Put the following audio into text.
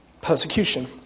persecution